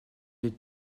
les